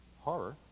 horror